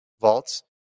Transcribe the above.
vaults